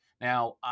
Now